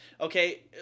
okay